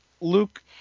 Luke